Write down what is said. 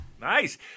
nice